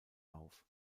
auf